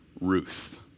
Ruth